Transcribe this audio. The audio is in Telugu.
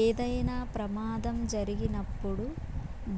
ఏదైనా ప్రమాదం జరిగినప్పుడు